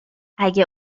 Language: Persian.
اگه